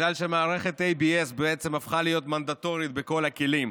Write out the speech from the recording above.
בגלל שמערכת ABS למעשה הפכה להיות מנדטורית בכל הכלים,